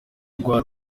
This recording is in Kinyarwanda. rwa